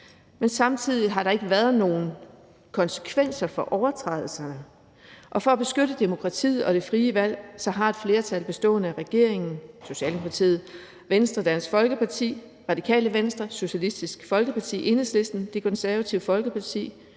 Men samtidig har der ikke været nogen konsekvenser for overtrædelser, og for at beskytte demokratiet og det frie valg har et flertal bestående af regeringen, Socialdemokratiet, Venstre, Dansk Folkeparti, Radikale Venstre, Socialistisk Folkeparti, Enhedslisten, Det Konservative Folkeparti,